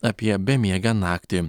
apie bemiegę naktį